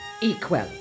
equal